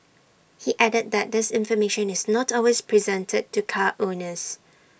he added that this information is not always presented to car owners